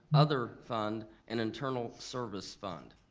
other fund, and internal service fund.